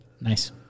Nice